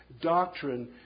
doctrine